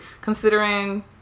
considering